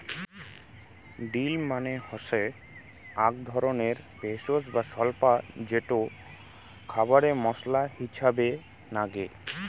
deal মানে হসে আক ধরণের ভেষজ বা স্বল্পা যেটো খাবারে মশলা হিছাবে নাগে